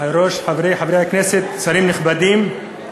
חברי חברי הכנסת, שרים נכבדים,